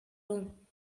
room